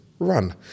run